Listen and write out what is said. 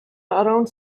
around